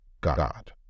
god